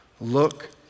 look